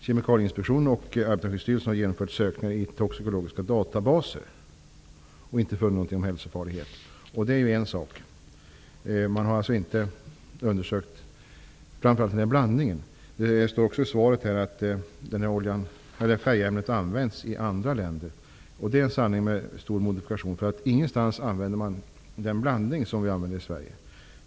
Kemikalieinspektionen och Arbetarskyddsstyrelsen har genomfört sökningar i toxikologiska databaser och inte funnit någonting om hälsofarlighet. Det är en sak. Man har alltså inte undersökt denna blandning. Vidare står det i svaret att detta färgämne används i andra länder. Det är en sanning med stor modifikation. Ingen annanstans används den blandning som används i Sverige.